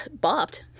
bopped